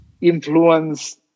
influence